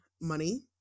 money